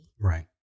Right